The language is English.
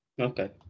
Okay